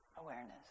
awareness